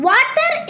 Water